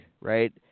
right